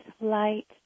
light